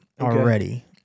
already